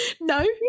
No